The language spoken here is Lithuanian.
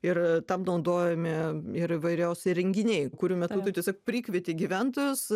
ir tam naudojami ir įvairiausi renginiai kurių metu tu tiesiog prikvieti gyventojus